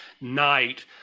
night